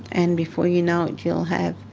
and before you know it you'll have,